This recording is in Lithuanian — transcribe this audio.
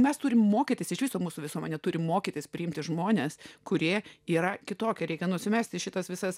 mes turime mokytis iš viso mūsų visuomenė turi mokytis priimti žmones kurie yra kitokia reikia nusimesti šitas visas